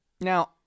Now